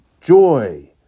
joy